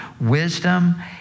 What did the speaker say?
wisdom